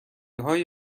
های